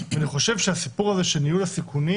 אני חושב שהסיפור הזה של ניהול הסיכונים